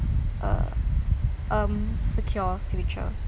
uh um secure future